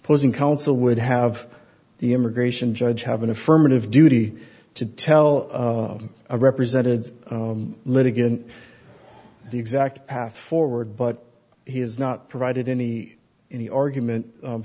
posing counsel would have the immigration judge have an affirmative duty to tell a represented litigant the exact path forward but he has not provided any any argument